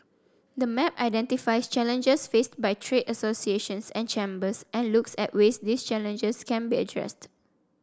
the map identifies challenges faced by trade associations and chambers and looks at ways these challenges can be addressed